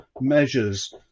measures